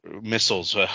missiles